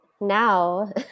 now